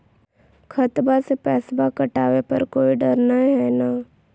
खतबा से पैसबा कटाबे पर कोइ डर नय हय ना?